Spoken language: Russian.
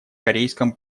корейском